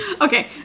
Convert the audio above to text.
okay